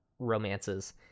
romances